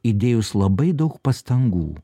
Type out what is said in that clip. įdėjus labai daug pastangų